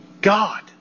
God